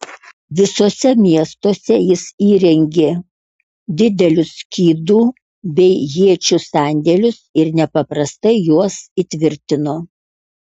visuose miestuose jis įrengė didelius skydų bei iečių sandėlius ir nepaprastai juos įtvirtino